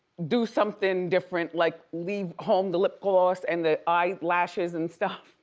do something different, like leave home the lip gloss and the eye lashes and stuff.